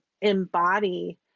embody